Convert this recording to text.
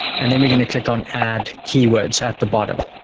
and then we're going to click on add keywords at the bottom.